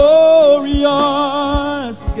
Glorious